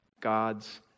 God's